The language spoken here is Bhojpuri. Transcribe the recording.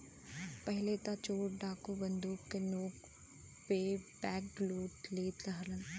पहिले त चोर डाकू बंदूक के नोक पे बैंकलूट लेत रहलन